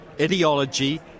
ideology